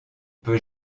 peut